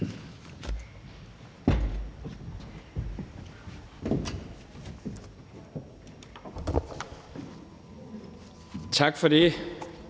Tak for det.